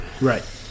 Right